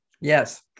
Yes